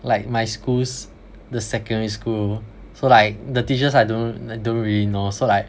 like my school's the secondary school so like the teachers I don't I don't really know so like